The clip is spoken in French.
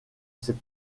ses